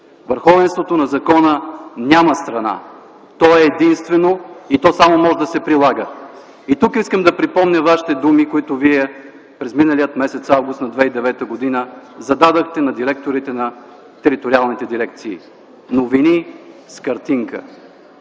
върховенството на закона няма страна. То е единствено и то само може да се прилага. И тук искам да припомня вашите думи, които зададохте през миналия м. август 2009 г. на директорите на териториалните дирекции – новини с картинка.